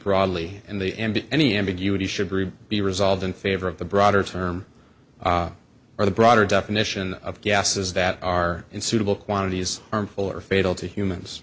broadly in the end any ambiguity should be resolved in favor of the broader term or the broader definition of gases that are in suitable quantities armful or fatal to humans